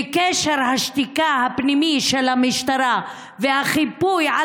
וקשר השתיקה הפנימי של המשטרה והחיפוי על